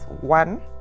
one